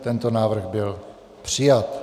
Tento návrh byl přijat.